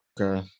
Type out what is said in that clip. Okay